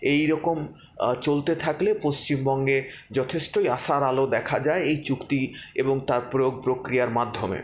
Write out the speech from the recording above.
এই রকম চলতে থাকলে পশ্চিমবঙ্গে যথেষ্টই আশার আলো দেখা যায় এই চুক্তি এবং তার প্রয়োগ প্রক্রিয়ার মাধ্যমে